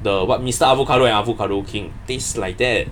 the what mr avocado and avocado king taste like that